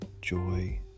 joy